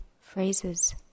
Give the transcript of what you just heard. phrases